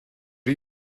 are